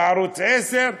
וערוץ 10,